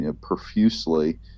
profusely